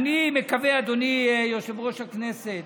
אדוני יושב-ראש הכנסת,